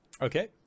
Okay